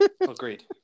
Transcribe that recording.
Agreed